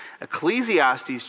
Ecclesiastes